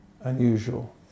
unusual